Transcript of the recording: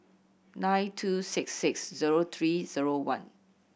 nine two six six zero three zero one